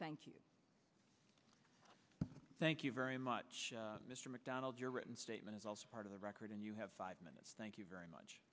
thank you thank you very much mr mcdonald your written statement is also part of the record and you have five minutes thank you very